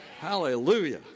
Hallelujah